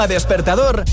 despertador